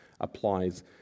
applies